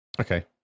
okay